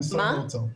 למשרד האוצר.